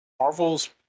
Marvel's